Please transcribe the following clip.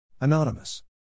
Anonymous